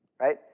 right